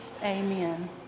Amen